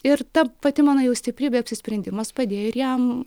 ir ta pati mano jau stiprybė apsisprendimas padėjo ir jam